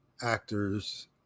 actors